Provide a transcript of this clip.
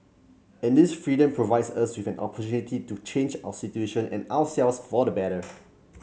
and this freedom provides us with an opportunity to change our situation and ourselves for the better